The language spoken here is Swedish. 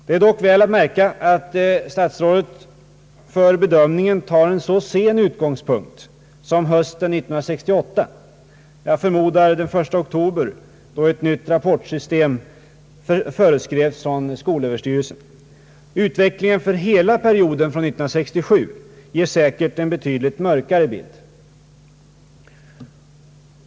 Det är dock väl att märka att statsrådet för bedömningen utgår från en så sen tidpunkt som hösten 1968 — jag förmodar med början den 1 oktober, då ett nytt rapportsystem föreskrevs från skolöverstyrelsen. Utvecklingen för hela perioden från 1967 ger säkert en betydligt mörkare bild.